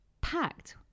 packed